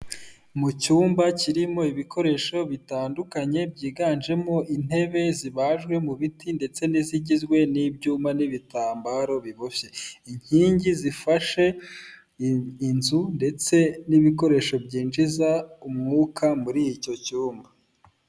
Mu cyumba kirimo ibikoresho bitandukanye byiganjemo intebe zibajwe mu biti ndetse n'izigizwe n'ibyuma n'ibitambaro biboshye, inkingi zifashe inzu ndetse n'ibikoresho byinjiza umwuka muri icyo cyumba.